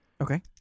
Okay